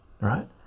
right